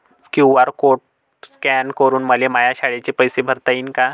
QR code scan करून मले माया शाळेचे पैसे भरता येईन का?